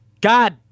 God